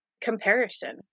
comparison